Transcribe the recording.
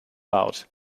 out